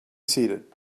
seated